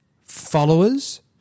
followers